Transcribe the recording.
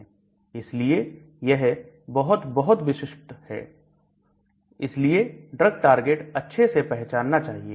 इसलिए यह बहुत बहुत विशिष्टत है इसलिए ड्रग टारगेट अच्छे से पहचानना चाहिए